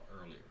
earlier